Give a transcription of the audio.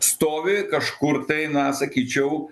stovi kažkur tai na sakyčiau